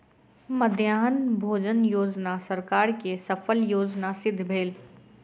मध्याह्न भोजन योजना सरकार के सफल योजना सिद्ध भेल